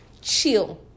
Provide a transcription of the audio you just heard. Chill